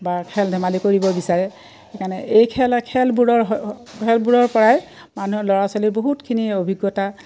বা খেল ধেমালি কৰিব বিচাৰে সেইকাৰণে এই খেল খেলবোৰৰ খেলবোৰৰ পৰাই মানুহৰ ল'ৰা ছোৱালীৰ বহুতখিনি অভিজ্ঞতা